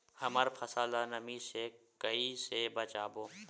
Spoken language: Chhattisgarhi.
हमर फसल ल नमी से क ई से बचाबो?